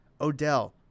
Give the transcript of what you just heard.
Odell